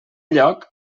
lloc